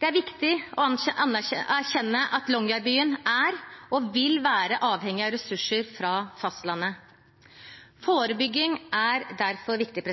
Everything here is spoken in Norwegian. Det er viktig å erkjenne at Longyearbyen er og vil være avhengig av ressurser fra fastlandet. Forebygging er derfor viktig.